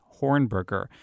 Hornberger